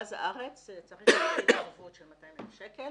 צריך להפקיד ערבות של 200,000 שקל